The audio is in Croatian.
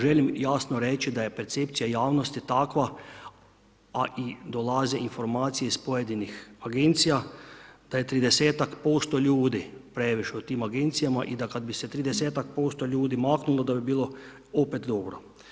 Želim jasno reći da je percepcija javnosti takva, a i dolaze informacije iz pojedinih agencija da je 30-tak posto ljudi previše u tim agencijama i da kada bi se 30-tak posto ljudi maknulo da bi bilo opet dobro.